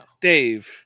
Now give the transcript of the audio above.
Dave